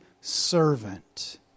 servant